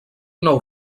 nou